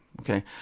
Okay